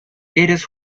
eres